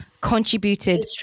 contributed